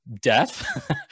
death